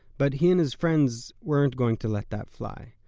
but he and his friends weren't going to let that fly.